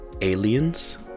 aliens